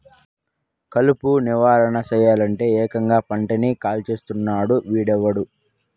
కలుపు నివారణ సెయ్యలంటే, ఏకంగా పంటని కాల్చేస్తున్నాడు వీడెవ్వడు